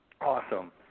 Awesome